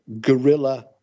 guerrilla